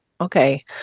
Okay